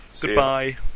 Goodbye